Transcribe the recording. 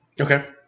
okay